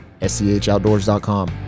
schoutdoors.com